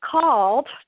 Called